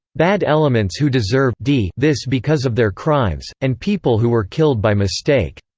bad elements who deserve d this because of their crimes, and people who were killed by mistake.